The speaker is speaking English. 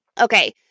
Okay